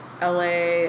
LA